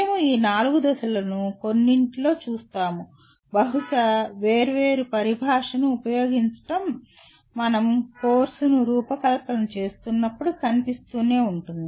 మేము ఈ 4 దశలను కొన్నింటిలో చూస్తాము బహుశా వేర్వేరు పరిభాషను ఉపయోగించడం మనం కోర్సును రూపకల్పన చేస్తున్నప్పుడు కనిపిస్తూనే ఉంటుంది